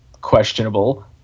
questionable